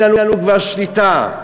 אין לנו כבר שליטה,